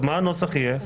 מה הנוסח יהיה?